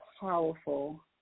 powerful